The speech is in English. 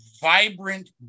vibrant